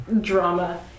drama